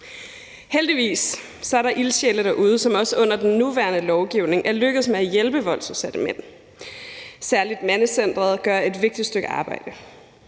Heldigvis er der ildsjæle derude, som også under den nuværende lovgivning er lykkedes med at hjælpe voldsudsatte mænd, og særlig Mandecentret gør et vigtigt stykke arbejde.